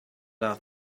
love